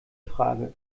frage